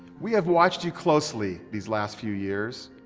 we have watched you closely these last few years,